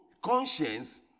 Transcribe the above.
conscience